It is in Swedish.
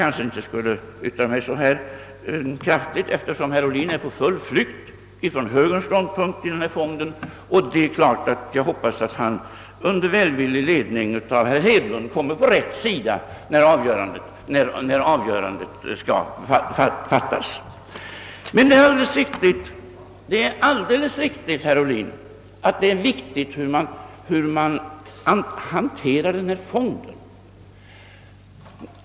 Kanske skulle jag inte yttra mig så här kraftigt, eftersom ju herr Ohlin är på full flykt från högerns ståndpunkt beträffande denna fond. Det är klart att jag hoppas att han under välvillig ledning av herr Hedlund kommer på rätt sida när avgörandet skall fattas! Det är alldeles riktigt, herr Ohlin, att det är viktigt att hantera fonden på rätt sätt.